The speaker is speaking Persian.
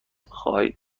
خواهید